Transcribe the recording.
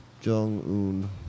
Jong-un